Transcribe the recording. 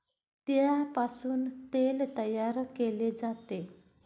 तिळापासून तेल तयार केले जाते